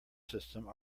system